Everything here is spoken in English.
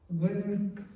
work